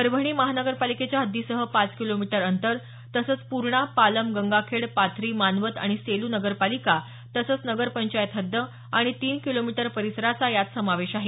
परभणी महानगरपालिकेच्या हद्दीसह पाच किलोमीटर अंतर तसंच पूर्णा पालम गंगाखेड पाथरी मानवत आणि सेलू नगरपालिका तसंच नगरपंचायत हद्द आणि तीन किलोमीटर परिसराचा यात समावेश आहे